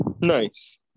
Nice